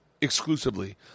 exclusively